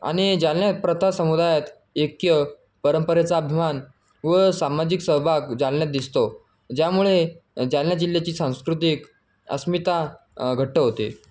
आणि जालन्यात प्रथा समुदायात ऐक्य परंपरेचा अभिमान व सामाजिक सहभाग जालन्यात दिसतो ज्यामुळे जालण्यात जिल्ह्याची सांस्कृतिक अस्मिता घट्ट होते